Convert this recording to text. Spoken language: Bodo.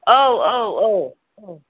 औ औ औ औ